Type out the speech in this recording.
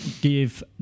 give